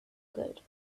good